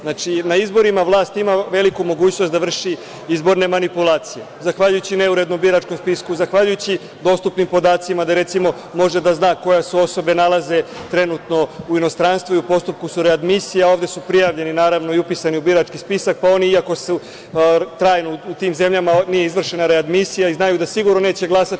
Znači, na izborima vlast ima veliku mogućnost da vrši izborne manipulacije zahvaljujući neurednom biračkom spisku, zahvaljujući dostupnim podacima da recimo može da zna koje se osobe nalaze trenutno u inostranstvu i u postupku su readmisije, a ovde su prijavljeni, naravno i upisani u birački spisak, pa oni i ako su trajno u tim zemljama nije izvršena readmisija i znaju da sigurno neće glasati.